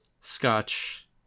Scotch